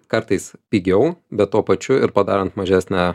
kartais pigiau bet tuo pačiu ir padarant mažesnę